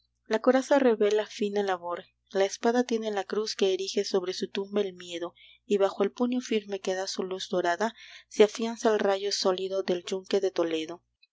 la coraza revela fina labor la espada tiene la cruz que erige sobre su tumba el miedo y bajo el puño firme que da su luz dorada se afianza el rayo sólido del yunque de toledo